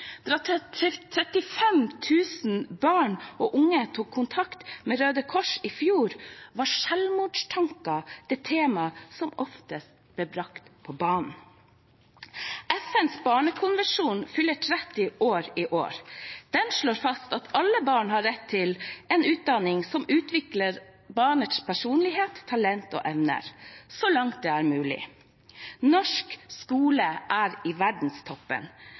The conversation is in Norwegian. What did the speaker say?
Da 35 000 barn og unge tok kontakt med Røde Kors i fjor, var selvmordstanker det temaet som oftest ble brakt på banen. FNs barnekonvensjon fyller 30 år i år. Den slår fast at alle barn har rett til en utdanning som utvikler deres personlighet, talent og evner, så langt det er mulig. Norsk skole er i